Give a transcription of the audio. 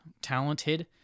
talented